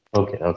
okay